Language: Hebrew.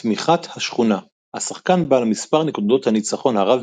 תמיכת השכונה - השחקן בעל מס' נקודות הניצחון הרב